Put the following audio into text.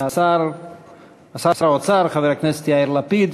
שר האוצר חבר הכנסת יאיר לפיד.